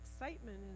excitement